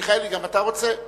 מיכאלי, גם אתה רוצה?